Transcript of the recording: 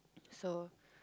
so